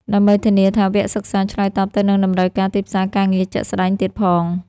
ដើម្បីធានាថាវគ្គសិក្សាឆ្លើយតបទៅនឹងតម្រូវការទីផ្សារការងារជាក់ស្តែងទៀតផង។